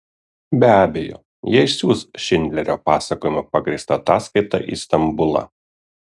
be abejo jie išsiųs šindlerio pasakojimu pagrįstą ataskaitą į stambulą